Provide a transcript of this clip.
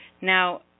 now